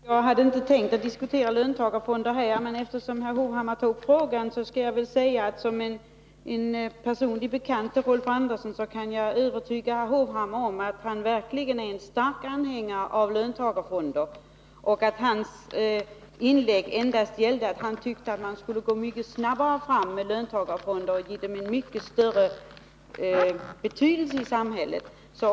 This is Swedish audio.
Herr talman! Jag hade inte tänkt diskutera löntagarfonder här, men eftersom herr Hovhammar tar upp frågan kan jag som känner Rolf Andersson försäkra herr Hovhammar, att Rolf Andersson verkligen är en stark anhängare av löntagarfonder. Hans inlägg gick ut på att han tyckte att man skulle gå mycket snabbare fram med löntagarfonder och ge dem en mycket större betydelse i samhället.